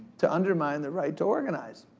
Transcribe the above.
to undermine the right to organize.